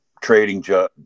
trading